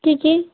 কী কী